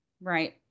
Right